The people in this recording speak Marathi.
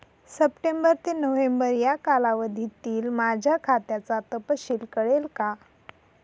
सप्टेंबर ते नोव्हेंबर या कालावधीतील माझ्या खात्याचा तपशील कळेल का?